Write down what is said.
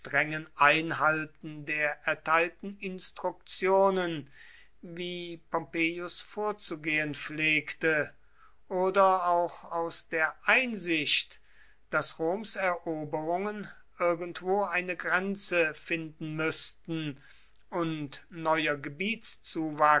einhalten der erteilten instruktionen wie pompeius vorzugehen pflegte oder auch aus der einsicht daß roms eroberungen irgendwo eine grenze finden müßten und neuer